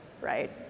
right